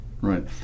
right